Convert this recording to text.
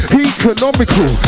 economical